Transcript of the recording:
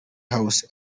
house